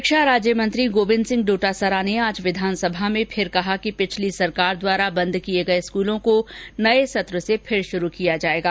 शिक्षा राज्य मंत्री गोविन्द सिंह डोटासरा ने आज विधानसभा में फिर कहा कि पिछली सरकार द्वारा बंद किये स्कूलों को नये सत्र से फिर शुरू किया जायेगा